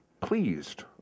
pleased